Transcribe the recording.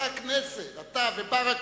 אתה הכנסת, אתה וברכה,